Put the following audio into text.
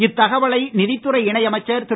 இத்தகவலை நிதித்துறை இணை அமைச்சர் திரு